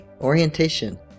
orientation